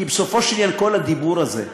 כי בסופו של דבר, כל הדיבור הזה,